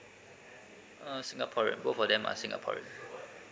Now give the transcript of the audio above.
uh singaporean both of them are singaporean